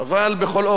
אבל בכל אופן,